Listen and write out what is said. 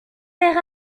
vers